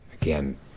again